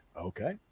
okay